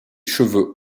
cheveux